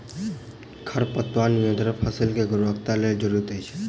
खरपतवार नियंत्रण फसील के गुणवत्ताक लेल जरूरी अछि